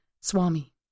Swami